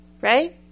right